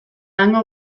hango